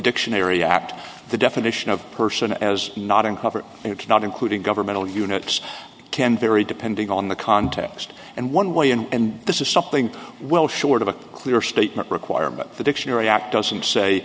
dictionary act the definition of person as not uncovered and it's not including governmental units can vary depending on the context and one way and this is something well short of a clear statement requirement the dictionary act doesn't say